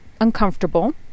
uncomfortable